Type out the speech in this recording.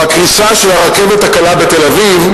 בקריסה של הרכבת הקלה בתל-אביב,